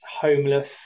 homeless